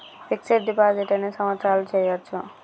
Fix డ్ deposit ఎన్ని సంవత్సరాలు చేయచ్చు?